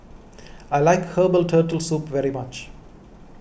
I like Herbal Turtle Soup very much